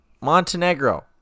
Montenegro